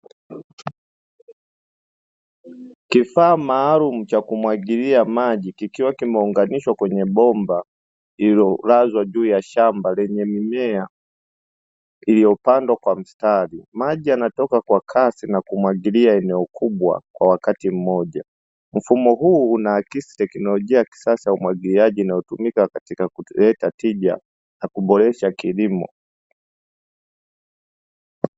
Kifaaa maalumu cha kumwagilia maji, kikiwa kimeunganishwa kwenye bomba lililolazwa juu ya shamba lenye mimea lililopandwa kwa mstari. Maji yanatoka kwa kasi na kumwagilia eneo kubwa kwa wakati mmoja. Mfumo huu unaakisi teknolojia ya kisasa ya umwagiliaji unaotumika katika kuleta tija na kuboresha kilimo.